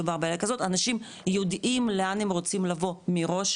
אנשים יודעים לאן הם רוצים לבוא מראש,